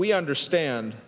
we understand